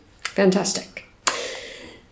Fantastic